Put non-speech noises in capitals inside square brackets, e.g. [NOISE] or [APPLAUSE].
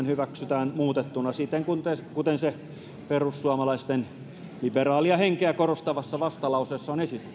[UNINTELLIGIBLE] hyväksytään muutettuna siten kuten se perussuomalaisten liberaalia henkeä korostavassa vastalauseessa on esitetty [UNINTELLIGIBLE]